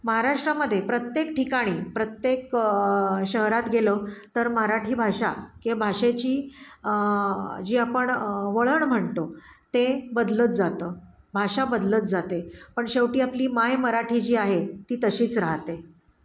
महाराष्ट्रामध्ये प्रत्येक ठिकाणी प्रत्येक शहरात गेलो तर मराठी भाषा किंवा भाषेची जी आपण वळण म्हणतो ते बदलत जातं भाषा बदलत जाते पण शेवटी आपली माय मराठी जी आहे ती तशीच राहते